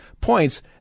points